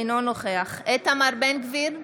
אינו נוכח איתמר בן גביר,